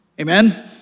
Amen